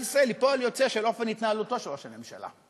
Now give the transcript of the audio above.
ישראל היא פועל יוצא של אופן התנהלותו של ראש הממשלה,